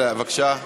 בבקשה.